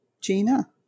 Gina